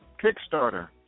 Kickstarter